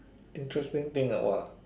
interesting thing ah !wah!